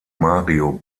mario